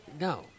No